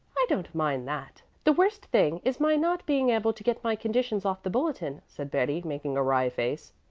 i don't mind that. the worst thing is my not being able to get my conditions off the bulletin, said betty, making a wry face.